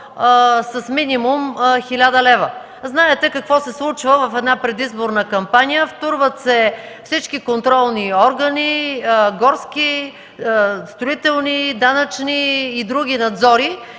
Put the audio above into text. от минимум 1000 лева. Знаете какво се случва в една предизборна кампания. Втурват се всички контролни органи – горски, строителни, данъчни и други надзори,